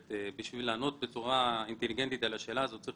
בשביל לענות בצורה אינטליגנטית על השאלה הזאת צריך